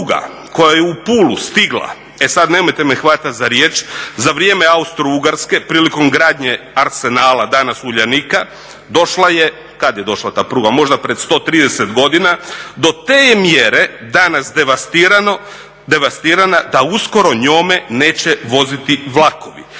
Pruga koja je u Pulu stigla, e sad nemojte me hvatat za riječ za vrijeme Austro-ugarske prilikom gradnje arsenala, danas Uljanika došla je, kad je došla ta pruga? Možda pred 130 godina, do te je mjere danas devastirana da uskoro njome neće voziti vlakovi.